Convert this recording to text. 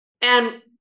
And-